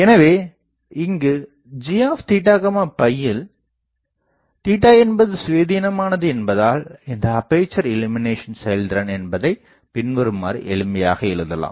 எனவே இங்கு gயில் என்பது சுயதீனமானது என்பதால் இந்த அப்பேசர் இள்ளுமினேசன் செயல்திறன் என்பதைப் பின்வருமாறு எளிமையாக எழுதலாம்